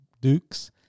Duke's